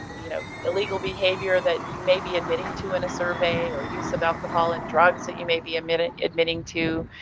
you know illegal behavior that you may be admitting to in a survey, or use of alcohol and drugs that you may be admitting admitting to.